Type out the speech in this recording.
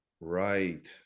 Right